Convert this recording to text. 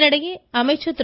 இதனிடையே அமைச்சர் திரு